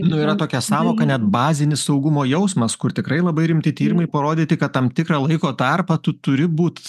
nu yra tokia sąvoka net bazinis saugumo jausmas kur tikrai labai rimti tyrimai parodyti kad tam tikrą laiko tarpą tu turi būt